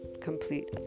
complete